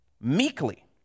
meekly